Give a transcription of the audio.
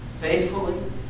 faithfully